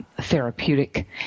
therapeutic